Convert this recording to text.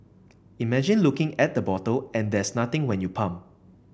imagine looking at the bottle and there's nothing when you pump